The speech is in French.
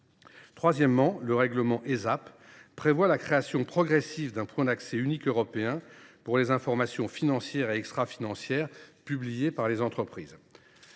Single Access Point) prévoit la création progressive d’un point d’accès unique européen pour les informations financières et extrafinancières publiées par les entreprises.